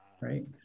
Right